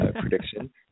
prediction